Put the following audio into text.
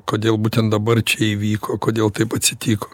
kodėl būtent dabar čia įvyko kodėl taip atsitiko